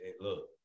Look